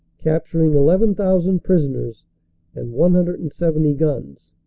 cap uring eleven thousand prisoners and one hundred and seventy guns,